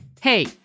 Hey